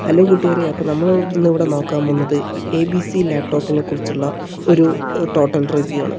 hello കൂട്ടുകാരെ അപ്പോൾ നമ്മൾ ഇന്നിവിടെ നോക്കാൻ പോകുന്നത് എ ബി സി ലാപ്ടോപ്പിനെ കുറിച്ചുള്ള ഒരു ടോട്ടൽ റിവ്യൂ ആണ്